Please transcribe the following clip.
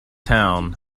town